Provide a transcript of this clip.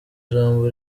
ijambo